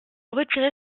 retirer